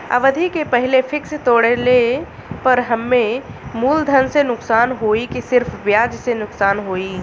अवधि के पहिले फिक्स तोड़ले पर हम्मे मुलधन से नुकसान होयी की सिर्फ ब्याज से नुकसान होयी?